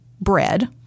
bread